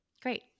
Great